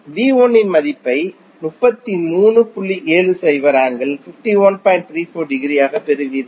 V 1 இன் மதிப்பை ஆக பெறுவீர்கள்